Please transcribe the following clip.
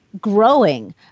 growing